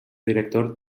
director